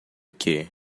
que